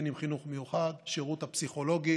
אם בחינוך המיוחד, בשירות הפסיכולוגי,